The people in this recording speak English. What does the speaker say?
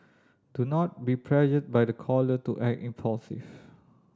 do not be pressured by the caller to act impulsive